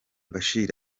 bashir